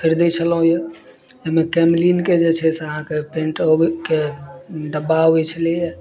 खरीदै छलहुॅं यऽ ओहिमे कैमलीनके जे छै से अहाँके पेन्ट अबैके डब्बा अबै छलैया